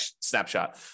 snapshot